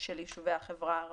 של יישובי החברה הערבית.